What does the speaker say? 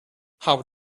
how